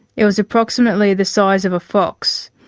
it was approximately the size of a fox.